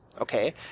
okay